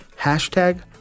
hashtag